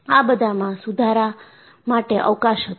આ બધામાં સુધારા માટે અવકાશ હતો